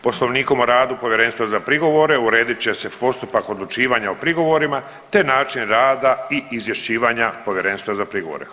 Poslovnikom o radu povjerenstva za prigovore uredit će se postupak odlučivanja o prigovorima te način rada i izvješćivanja povjerenstva za prigovore.